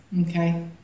Okay